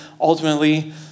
Ultimately